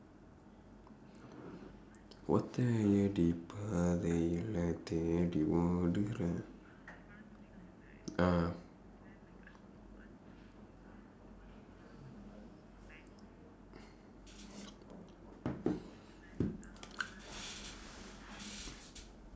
ஒத்தையடி பாதையிலே தேடி ஓடுறேன்:oththaiyadi paathaiyilee theedi oodureen ah